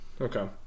Okay